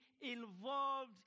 involved